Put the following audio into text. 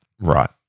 Right